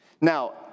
Now